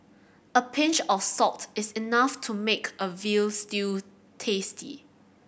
a pinch of salt is enough to make a veal stew tasty